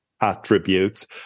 attributes